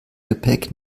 gepäck